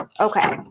okay